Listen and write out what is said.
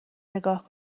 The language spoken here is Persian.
نگاه